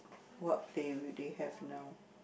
what play will they have now